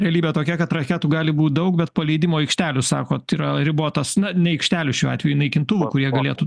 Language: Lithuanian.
realybė tokia kad raketų gali būt daug bet paleidimo aikštelių sakot yra ribotas na ne aikštelių šiuo atveju naikintuvų kurie galėtų